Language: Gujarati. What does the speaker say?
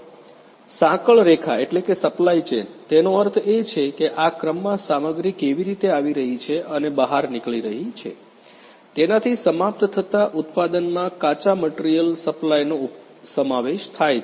સાંકળ રેખા સપ્લાય ચેન તેનો અર્થ એ છે કે આ ક્રમમાં સામગ્રી કેવી રીતે આવી રહી છે અને બહાર નીકળી રહી છે તેનાથી સમાપ્ત થતા ઉત્પાદનમાં કાચા મટીરીયલ સપ્લાયનો સમાવેશ થાય છે